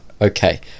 okay